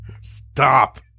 Stop